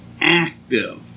active